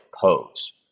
pose